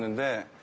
and there,